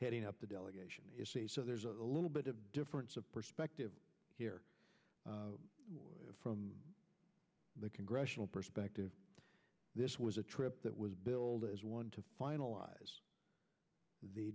heading up the delegation so there's a little bit of a difference of perspective here from the congressional perspective this was a trip that was billed as one to finalize the